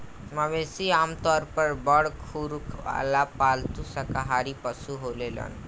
मवेशी आमतौर पर बड़ खुर वाला पालतू शाकाहारी पशु होलेलेन